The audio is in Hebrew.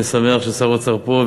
אני שמח ששר האוצר פה,